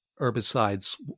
herbicides